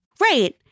Right